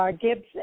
Gibbs